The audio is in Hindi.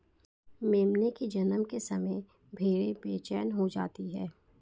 मेमने के जन्म के समय भेड़ें बेचैन हो जाती हैं